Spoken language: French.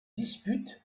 dispute